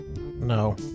No